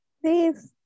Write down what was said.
please